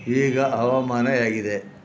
ಈಗ ಹವಾಮಾನ ಹೇಗಿದೆ